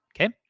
Okay